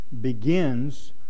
begins